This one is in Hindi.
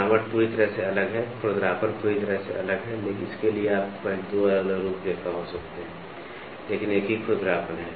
बनावट पूरी तरह से अलग हैं खुरदरापन पूरी तरह से अलग है इसलिए आपके पास 2 अलग अलग रूपरेखा हो सकते हैं लेकिन एक ही खुरदरापन है